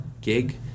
gig